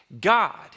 God